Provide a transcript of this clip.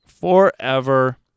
forever